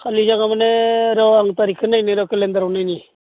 खालि जागोन माने र' आं थारिकखौ नायनो र' केलेन्डाराव नायनि